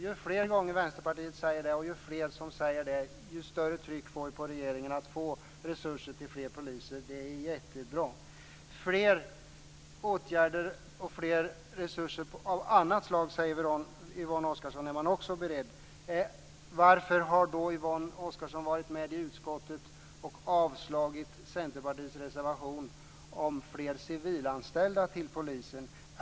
Ju fler gånger Vänsterpartiet säger det, och ju fler som säger det, desto större tryck blir det på regeringen att få fram resurser till fler poliser. Det är jättebra. Yvonne Oscarsson säger att Vänsterpartiet också är berett att föreslå mer resurser av annat slag. Varför har då Yvonne Oscarsson varit med i utskottet och avstyrkt Centerpartiets reservation om fler civilanställda till polisen?